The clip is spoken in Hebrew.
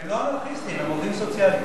הם לא אנרכיסטים, הם עובדים סוציאליים.